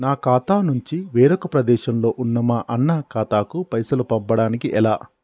నా ఖాతా నుంచి వేరొక ప్రదేశంలో ఉన్న మా అన్న ఖాతాకు పైసలు పంపడానికి ఎలా?